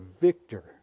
victor